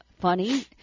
Funny